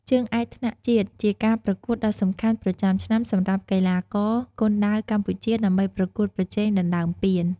ជើងឯកថ្នាក់ជាតិ ជាការប្រកួតដ៏សំខាន់ប្រចាំឆ្នាំសម្រាប់កីឡាករគុនដាវកម្ពុជាដើម្បីប្រកួតប្រជែងដណ្ដើមពាន។